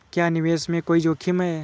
क्या निवेश में कोई जोखिम है?